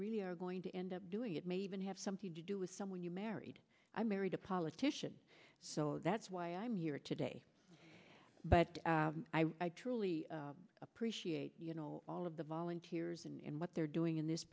really are going to end up doing it may even have something to do with someone you married i married a politician so that's why i'm here today but i truly appreciate you know all of the volunteers and what they're doing in this